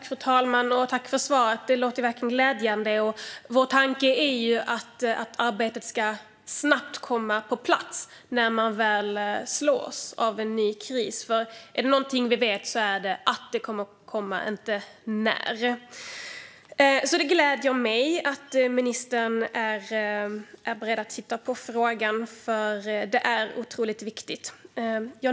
Fru talman! Jag tackar för svaret. Det låter verkligen glädjande. Vår tanke är ju att arbetet ska komma på plats snabbt när man slås av en ny kris. Är det någonting vi vet är det att en sådan kommer att komma, men vi vet inte när. Det gläder mig att ministern är beredd att titta på frågan, för den är otroligt viktig.